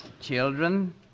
Children